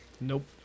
Nope